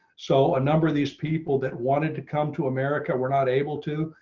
so a number of these people that wanted to come to america were not able to.